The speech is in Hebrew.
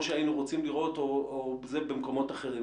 שהיינו רוצים לראות כמו שיש במקומות אחרים.